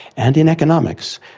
and in economics.